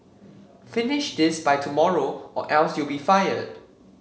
finish this by tomorrow or else you'll be fired